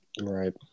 Right